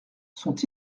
sont